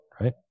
right